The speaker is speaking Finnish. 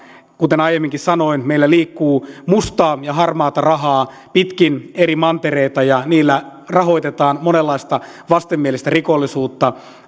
kuten aiemminkin sanoin meillä liikkuu mustaa ja harmaata rahaa pitkin eri mantereita ja niillä rahoitetaan monenlaista vastenmielistä rikollisuutta